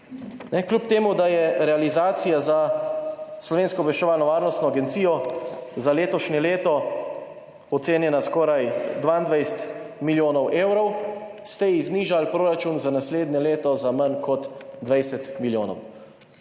Kljub temu, da je realizacija za Slovensko obveščevalno varnostno agencijo za letošnje leto ocenjena na skoraj 22 milijonov evrov, ste ji znižali proračun za naslednje leto na manj kot 20 milijonov.